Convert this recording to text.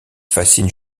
fascine